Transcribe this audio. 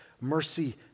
mercy